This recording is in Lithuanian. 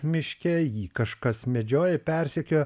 miške jį kažkas medžioja persekioja